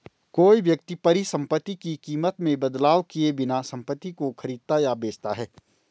कोई व्यक्ति परिसंपत्ति की कीमत में बदलाव किए बिना संपत्ति को खरीदता या बेचता है